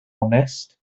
onest